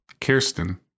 Kirsten